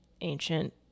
ancient